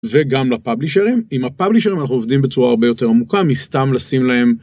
וגם לפאבלישרים עם הפאבלישרים אנחנו עובדים בצורה הרבה יותר עמוקה מסתם לשים להם.